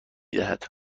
دهد